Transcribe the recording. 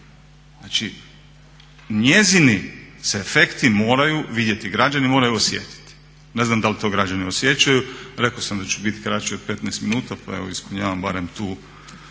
Znači njezini se efekti moraju vidjeti, građani moraju osjetiti. Ne znam da li to građani osjećaju? Rekao sam da ću biti kraći od 15 minuta pa evo ispunjavam barem tu